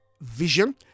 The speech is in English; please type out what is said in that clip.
vision